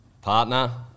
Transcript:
partner